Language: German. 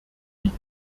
liegt